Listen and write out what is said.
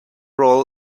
roll